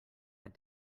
had